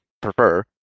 prefer